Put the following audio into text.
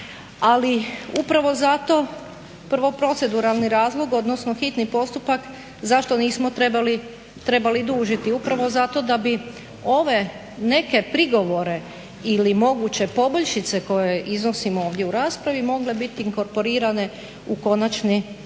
Ali upravo zato prvo proceduralni razlog, odnosno hitni postupak, zašto nismo trebali dužiti. Upravo zato da bi ove neke prigovore ili moguće poboljšice koje iznosimo ovdje u raspravi mogle biti inkorporirane u konačni tekst